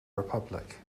republic